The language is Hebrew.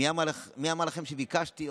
מי אמר לכם שביקשתי?